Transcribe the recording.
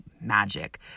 magic